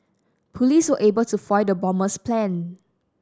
police were able to foil the bomber's plan